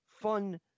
fun